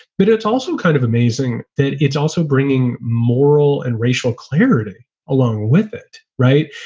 but it's also kind of amazing that it's also bringing moral and racial clarity along with it. right.